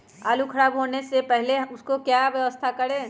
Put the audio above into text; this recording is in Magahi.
आलू खराब होने से पहले हम उसको क्या व्यवस्था करें?